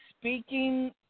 speaking